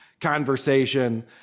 conversation